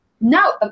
No